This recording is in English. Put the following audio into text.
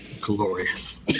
Glorious